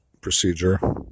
procedure